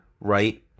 right